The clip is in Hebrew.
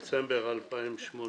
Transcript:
היום ה-30 בדצמבר 2018,